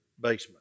basement